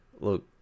look